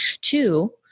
Two